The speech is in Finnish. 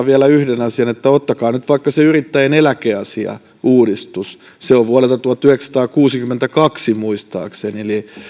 vielä yhden asian että ottakaa nyt vaikka se yrittäjän eläkeasiauudistus se on vuodelta tuhatyhdeksänsataakuusikymmentäkaksi muistaakseni eli